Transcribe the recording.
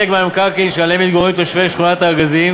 מהמקרקעין שעליהם מתגוררים תושבי שכונת הארגזים,